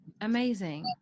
amazing